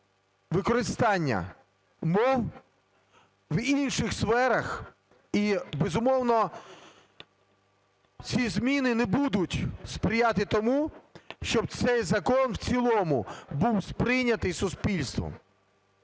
використання мов в інших сферах і, безумовно, ці зміни не будуть сприяти тому, щоб цей закон в цілому був сприйнятий суспільством.